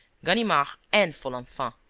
ganimard and folenfant.